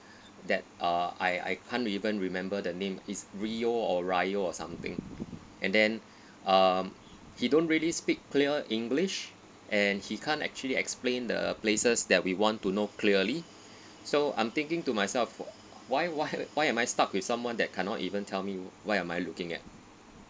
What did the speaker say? that uh I I can't even remember the name is rio or rio or something and then uh he don't really speak clear english and he can't actually explain the places that we want to know clearly so I'm thinking to myself why why why am I stuck with someone that cannot even tell me what am I looking at